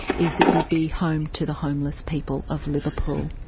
is it would be home to the homeless people of liverpool.